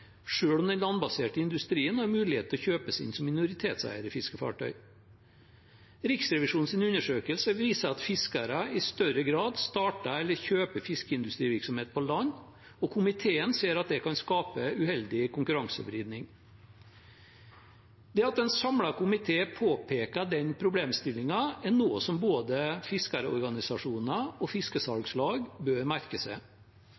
om den landbaserte industrien har mulighet til å kjøpe seg inn som minoritetseier i fiskefartøy. Riksrevisjonens undersøkelse viser at fiskere i større grad starter eller kjøper fiskeindustrivirksomhet på land, og komiteen ser at det kan skape uheldig konkurransevridning. Det at en samlet komité påpeker den problemstillingen, er noe både fiskerorganisasjoner og fiskesalgslag bør merke seg.